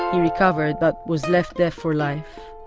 he recovered, but was left deaf for life.